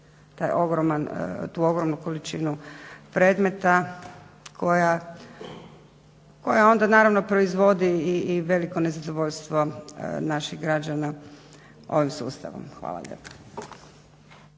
tu ogromnu količinu predmeta koja onda naravno proizvodi i veliko nezadovoljstvo naših građana ovim sustavom. Hvala lijepa.